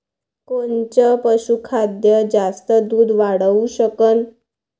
कोनचं पशुखाद्य जास्त दुध वाढवू शकन?